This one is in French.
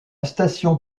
station